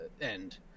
end